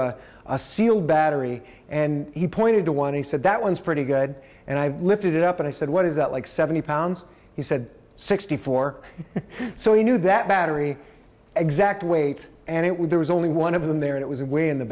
a seal battery and he pointed to one and said that one's pretty good and i lifted it up and i said what is that like seventy pounds he said sixty four so he knew that battery exact weight and it was there was only one of them there it was way in the